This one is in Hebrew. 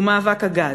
הוא מאבק הגז,